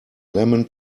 lemon